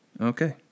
Okay